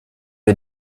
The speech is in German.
wir